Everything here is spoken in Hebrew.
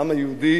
העם היהודי